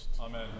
Amen